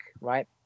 Right